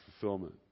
fulfillment